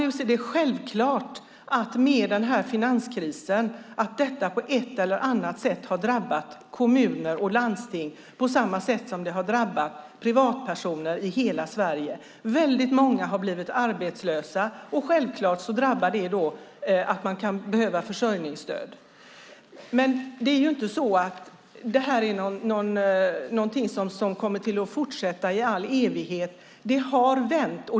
Det är självklart att finanskrisen på ett eller annat sätt har drabbat kommuner och landsting precis som den har drabbat privatpersoner i hela Sverige. Många har blivit arbetslösa, vilket givetvis kan innebära att många behöver försörjningsstöd. Det här kommer dock inte att fortsätta i all evighet. Det har vänt.